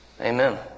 Amen